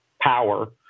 power